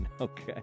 Okay